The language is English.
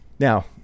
Now